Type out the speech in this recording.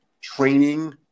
Training